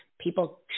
people